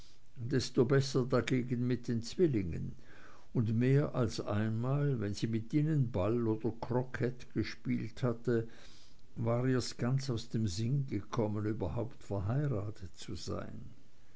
desto besser dagegen mit den zwillingen und mehr als einmal wenn sie mit ihnen ball oder krocket gespielt hatte war ihr's ganz aus dem sinn gekommen überhaupt verheiratet zu sein